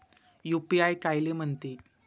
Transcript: UPI कायले म्हनते?